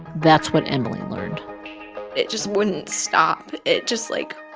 that's what emily learned it just wouldn't stop. it just, like,